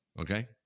okay